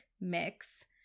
mix